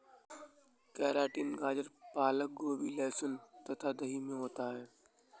keratin गाजर पालक गोभी लहसुन तथा दही में होता है